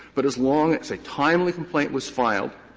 but as long as a timely complaint was filed,